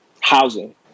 housing